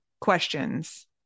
questions